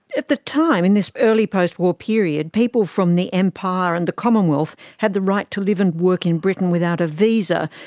at the time, in this early post-war period, people from the empire and the commonwealth had the right to live and work in britain without a visa,